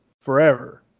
forever